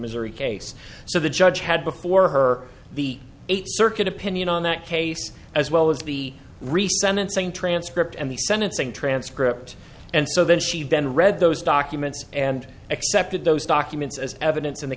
missouri case so the judge had before her the eighth circuit opinion on that case as well as the recent insane transcript and the sentencing transcript and so then she then read those documents and accepted those documents as evidence in th